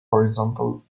horizontal